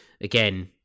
again